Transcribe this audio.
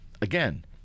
again